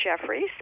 jeffries